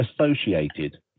associated